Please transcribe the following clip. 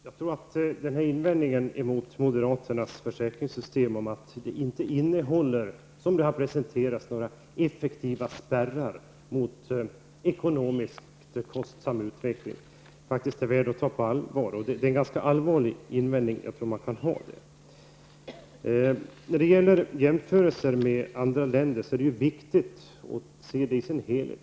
Fru talman! Jag tror att invändningen mot moderaternas förslag är att det inte innehåller, som det har presenterats, effektiva spärrar mot ekonomiskt kostsam utveckling. Det är faktiskt värt att ta på allvar, för det är en ganska allvarlig invändning. Vid jämförelser med andra länder är det viktigt att se till helheten.